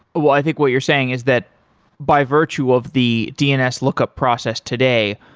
well, i think what you're saying is that by virtue of the dns lookup process today,